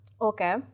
Okay